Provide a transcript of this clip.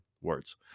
words